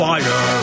Fire